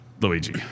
Luigi